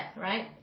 right